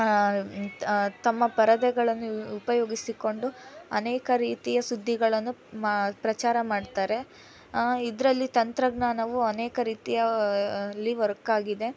ತಮ್ಮ ಪರದೆಗಳನ್ನು ಉಪಯೋಗಿಸಿಕೊಂಡು ಅನೇಕ ರೀತಿಯ ಸುದ್ದಿಗಳನ್ನು ಮಾ ಪ್ರಚಾರ ಮಾಡ್ತಾರೆ ಇದರಲ್ಲಿ ತಂತ್ರಜ್ಞಾನವು ಅನೇಕ ರೀತಿಯಲ್ಲಿ ವರ್ಕ್ ಆಗಿದೆ